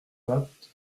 bapt